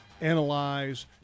analyze